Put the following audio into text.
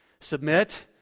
submit